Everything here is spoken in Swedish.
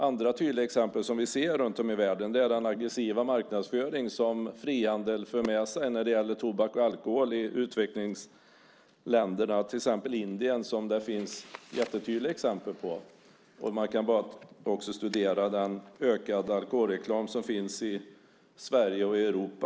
Andra tydliga exempel som vi ser runt om i världen är den aggressiva marknadsföring som frihandeln för med sig när det gäller tobak och alkohol i utvecklingsländerna, till exempel Indien där det finns jättetydliga exempel på detta. Man kan också studera den ökade alkoholreklam som finns i Sverige och Europa.